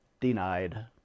denied